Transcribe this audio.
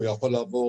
הוא יכול לעבור